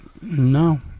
No